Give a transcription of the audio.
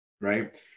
right